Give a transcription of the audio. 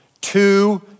two